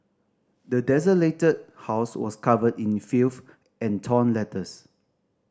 the desolated house was covered in filth and torn letters